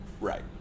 Right